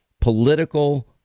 political